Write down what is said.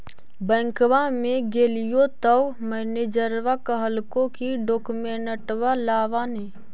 बैंकवा मे गेलिओ तौ मैनेजरवा कहलको कि डोकमेनटवा लाव ने?